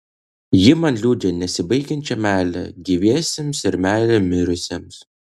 ji man liudija nesibaigiančią meilę gyviesiems ir meilę mirusiesiems